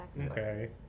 Okay